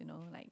you know like